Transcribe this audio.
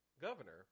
governor